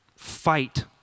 fight